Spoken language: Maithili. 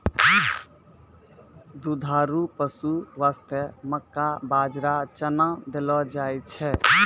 दुधारू पशु वास्तॅ मक्का, बाजरा, चना देलो जाय छै